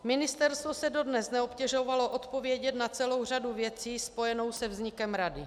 Ministerstvo se dodnes neobtěžovalo odpovědět na celou řadu věcí spojenou se vznikem rady.